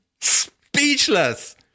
speechless